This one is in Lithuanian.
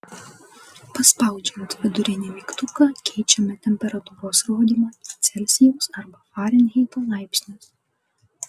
paspaudžiant vidurinį mygtuką keičiame temperatūros rodymą į celsijaus arba farenheito laipsnius